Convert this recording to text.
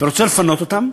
אתה רוצה לפנות אותם,